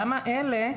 למה אלה.